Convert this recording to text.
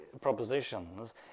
propositions